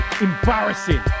Embarrassing